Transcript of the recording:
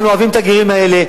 אנחנו אוהבים את הגרים האלה,